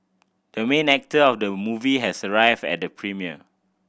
the main actor of the movie has arrived at the premiere